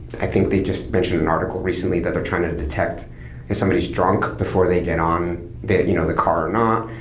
i think they just mentioned an article recently that they're trying to detect if somebody's drunk before they get on you know the car or not,